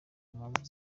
impamvu